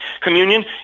Communion